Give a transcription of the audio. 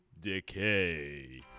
decay